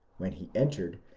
when he entered,